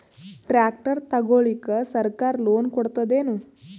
Tractor ತಗೊಳಿಕ ಸರ್ಕಾರ loan ಕೊಡತದೇನು?